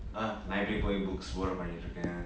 uh library போய்:poi books borrow பன்னிட்டிருக்கேன்:pannituruken